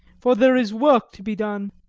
for there is work to be done.